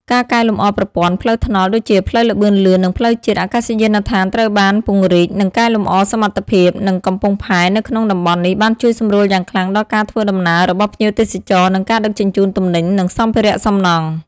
ការកែលម្អប្រព័ន្ធ ផ្លូវថ្នល់ ដូចជាផ្លូវល្បឿនលឿន និងផ្លូវជាតិ អាកាសយានដ្ឋានដែលត្រូវបានពង្រីក និងកែលម្អសមត្ថភាព និង កំពង់ផែ នៅក្នុងតំបន់នេះ បានជួយសម្រួលយ៉ាងខ្លាំងដល់ការធ្វើដំណើរ របស់ភ្ញៀវទេសចរ និង ការដឹកជញ្ជូន ទំនិញ និងសម្ភារៈសំណង់។